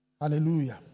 Hallelujah